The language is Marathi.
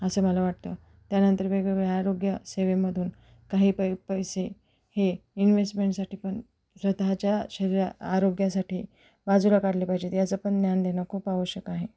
असं मला वाटतं त्यानंतर वेगवेगळ्या आरोग्य सेवेमधून काही पै पैसे हे इन्वेस्टमेंटसाठी पण स्वतःच्या शरीर आरोग्यासाठी बाजूला काढले पाहिजेत याचं पण ज्ञान देणं खूप आवश्यक आहे